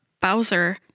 Bowser